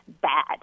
bad